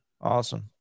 Awesome